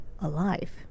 alive